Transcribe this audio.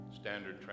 Standard